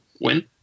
win